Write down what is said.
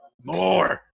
more